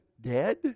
dead